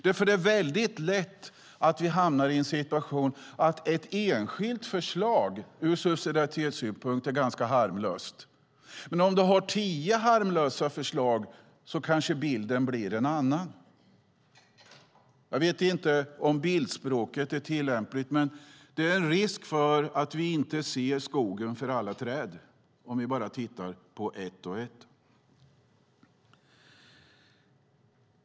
Det är nämligen lätt att hamna i situationen att ett enskilt förslag ur subsidiaritetssynpunkt är ganska harmlöst, men om du har tio harmlösa förslag kanske bilden blir en annan. Jag vet inte om bildspråket är tillämpligt, men det finns risk för att vi inte ser skogen för alla träd om vi bara tittar på dem ett och ett.